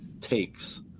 takes